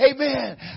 Amen